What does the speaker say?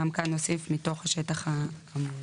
גם כאן נוסיף מתוך השטח האמור.